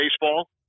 baseball